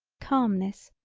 calmness,